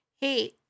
Hey